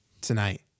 tonight